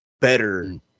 better